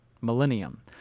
millennium